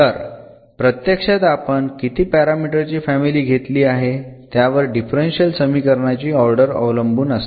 तर प्रत्यक्षात आपण किती पॅरामीटर ची फॅमिली घेतली आहे त्यावर डिफरन्शियल समीकरणाची ऑर्डर अवलंबून असते